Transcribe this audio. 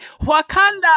Wakanda